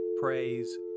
praise